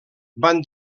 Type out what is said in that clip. van